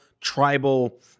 tribal